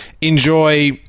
enjoy